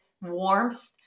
warmth